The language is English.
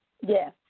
Yes